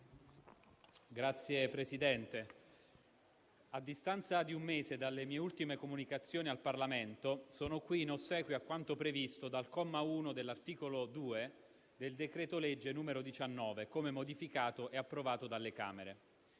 Signor Presidente, a distanza di un mese dalle mie ultime comunicazioni al Parlamento, sono qui in ossequio a quanto previsto dal comma 1 dell'articolo 2 del decreto-legge n. 19, come modificato e approvato dalle Camere.